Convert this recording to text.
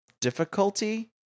difficulty